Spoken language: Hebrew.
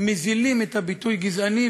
מוזילים את הביטוי "גזעני",